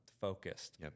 focused